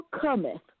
cometh